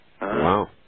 Wow